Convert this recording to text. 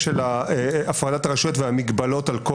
כל ההנחה שהייתה פה עד עכשיו,